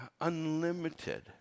unlimited